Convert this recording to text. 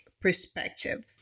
perspective